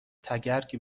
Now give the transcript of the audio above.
تگرگ